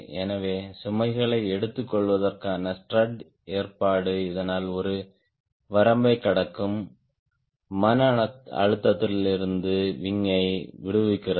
எனவே சுமைகளை எடுத்துக்கொள்வதற்கான ஸ்ட்ரட் ஏற்பாடு இதனால் ஒரு வரம்பைக் கடக்கும் மன அழுத்தத்திலிருந்து விங் யை விடுவிக்கிறது